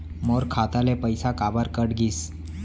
मोर खाता ले पइसा काबर कट गिस?